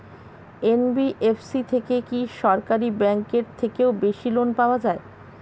NBFC থেকে কি সরকারি ব্যাংক এর থেকেও বেশি লোন পাওয়া যায়?